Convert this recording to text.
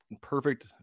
Perfect